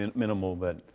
and minimal, but